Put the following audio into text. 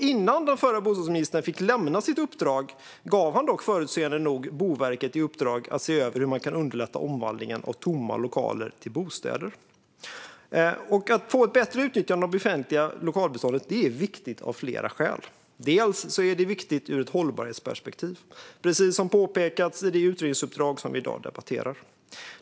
Innan den förre bostadsministern fick lämna sitt uppdrag gav han dock förutseende nog Boverket i uppdrag att se över hur man kan underlätta omvandlingen av tomma lokaler till bostäder. Att få ett bättre utnyttjande av det befintliga lokalbeståndet är viktigt av flera skäl. Bland annat är det viktigt ur ett hållbarhetsperspektiv, precis som påpekats i det utredningsuppdrag som vi i dag debatterar.